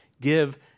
give